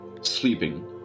sleeping